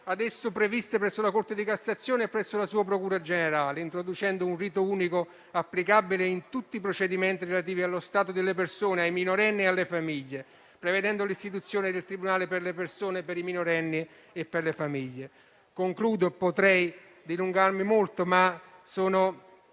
a esso, previste presso la Corte di cassazione e la sua procura generale; introducendo un rito unico applicabile in tutti i procedimenti relativi allo stato delle persone, ai minorenni e alle famiglie; prevedendo l'istituzione del tribunale per le persone, per i minorenni e per le famiglie. In conclusione, sono